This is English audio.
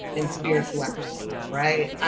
and spirituality, right,